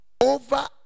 over